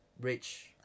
Rich